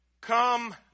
come